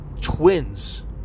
twins